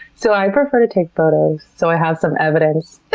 so i prefer to take photos so i have some evidence.